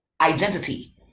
identity